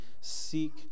seek